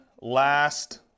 last